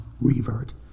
revert